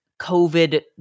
COVID